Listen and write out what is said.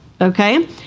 Okay